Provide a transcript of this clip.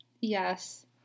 Yes